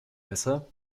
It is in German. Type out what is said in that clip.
messer